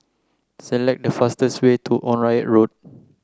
select the fastest way to Onraet Road